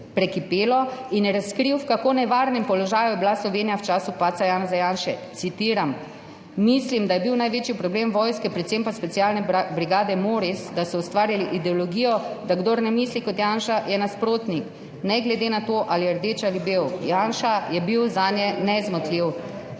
prekipelo in je razkril, v kako nevarnem položaju je bila Slovenija v času padca Janeza Janše. Citiram: »Mislim, da je bil največji problem vojske, predvsem pa specialne brigade MORiS, da so ustvarili ideologijo, da kdor ne misli kot Janša, je nasprotnik, ne glede na to, ali je rdeč ali bel, Janša je bil zanje nezmotljiv.